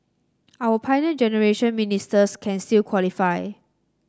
our Pioneer Generation Ministers can still qualify